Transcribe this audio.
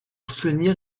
soutenir